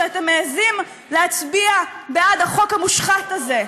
שאתם מעיזים להצביע בעד החוק המושחת הזה?